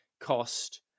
cost